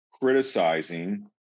criticizing